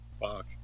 Fuck